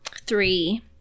three